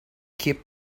keep